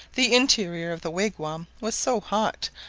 the interior of the wigwam was so hot,